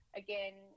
again